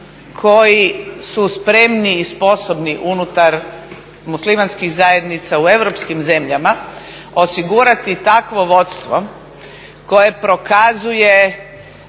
koji su spremni i sposobni unutar muslimanskih zajednica u europskim zemljama osigurati takvo vodstvo koje prokazuje